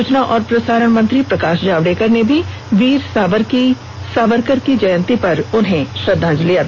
सूचना और प्रसारण मंत्री प्रकाश जावडेकर ने भी वीर सावरकर की जयंती पर श्रद्धांजलि दी